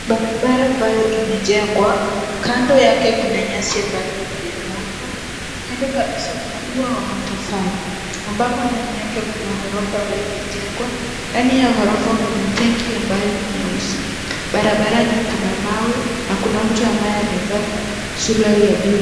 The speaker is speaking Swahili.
Barabara ambayo ime jengwa kando yake kuna nyasi ambavyo havija kauka. Kando kabisa kuna ua la matofali ambapo ndani yake kuna ghorofa ambayo imejengwa. Ndani ya ghorofa kuna tenki ambayo ni nyeusi, barabarani kuna mawe na kuna mtu ambaye amevaa suruali ya bluu.